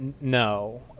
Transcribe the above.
no